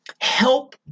help